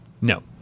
No